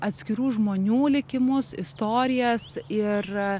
atskirų žmonių likimus istorijas ir